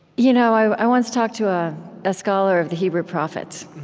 you know i once talked to ah a scholar of the hebrew prophets,